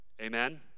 Amen